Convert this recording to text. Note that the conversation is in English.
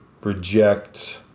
reject